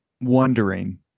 wondering